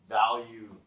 value